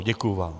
Děkuji vám.